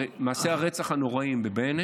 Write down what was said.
מעשי הרצח הנוראיים בבענה